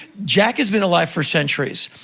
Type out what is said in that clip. jack has been alive for centuries.